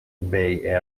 bay